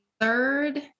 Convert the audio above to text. third